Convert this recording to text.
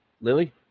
Lily